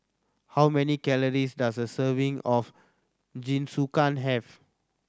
how many calories does a serving of Jinsukan have